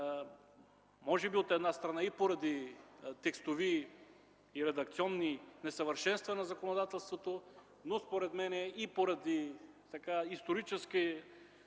където, от една страна, може би и поради текстови и редакционни несъвършенства на законодателството, но според мен и поради исторически